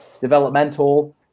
developmental